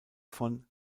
von